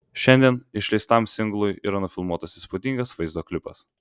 šiandien išleistam singlui yra nufilmuotas įspūdingas vaizdo klipas